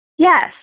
Yes